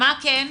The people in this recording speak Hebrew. מה כן?